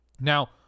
Now